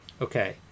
Okay